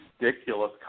ridiculous